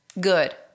Good